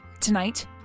Tonight